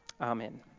Amen